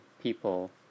people